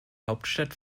hauptstadt